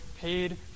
paid